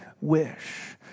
wish